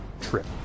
trip